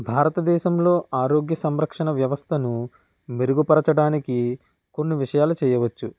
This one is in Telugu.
భారతదేశంలో ఆరోగ్య సంరక్షణ వ్యవస్థను మెరుగుపరచడానికి కొన్ని విషయాలు చేయవచ్చు